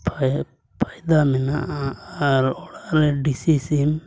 ᱯᱷᱟᱭ ᱯᱷᱟᱭᱫᱟ ᱢᱮᱱᱟᱜᱼᱟ ᱟᱨ ᱚᱲᱟᱜ ᱨᱮ ᱫᱮᱥᱤ ᱥᱤᱢ